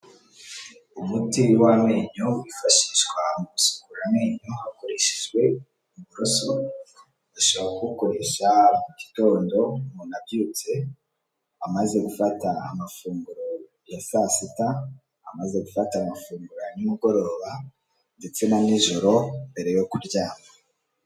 Umuti w'amenyo wifashishwa mu gusukura amenyo hakoreshejwe uburoso, ushobora kuwukoresha mu gitondo umuntu abyutse, amaze gufata amafunguro ya saa sita, amaze gufata amafunguro nimugoroba ndetse na nijoro, mbere yo kuryama.